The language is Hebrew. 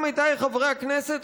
עמיתיי חברי הכנסת,